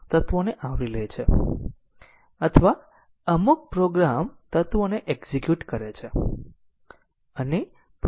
linear રીતે independent માર્ગો પ્રોગ્રામના કંટ્રોલ ફ્લો ગ્રાફ પર નિર્ધારિત કરવામાં આવે છે